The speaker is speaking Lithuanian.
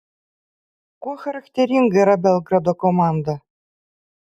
kuo charakteringa yra belgrado komanda